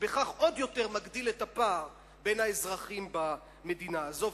ובכך הוא מגדיל עוד יותר את הפער בין האזרחים במדינה הזאת,